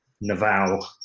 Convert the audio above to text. Naval